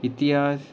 इतिहास